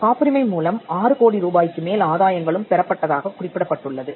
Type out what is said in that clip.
காப்புரிமை மூலம் 6 கோடி ரூபாய்க்கு மேல் ஆதாயங்களும் பெறப்பட்டதாகக் குறிப்பிடப்பட்டுள்ளது